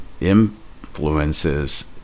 influences